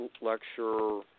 lecture